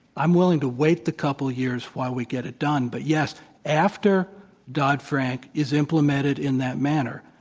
i'm willing to wait the couple of years while we get it done, but yes after dodd-frank is implemented in that manner,